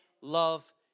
love